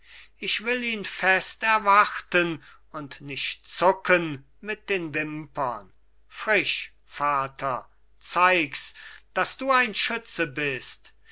ich will ihn fest erwarten und nicht zucken mit den wimpern frisch vater zeig's dass du ein schütze bist